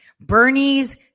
Bernie's